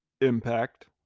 impact